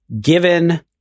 given